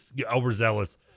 overzealous